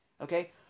okay